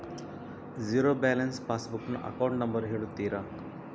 Zero balance pass book ನ account number ಹೇಳುತ್ತೀರಾ?